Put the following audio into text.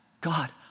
God